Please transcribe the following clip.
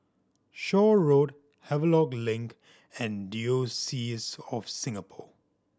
Shaw Road Havelock Link and Diocese of Singapore